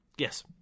Yes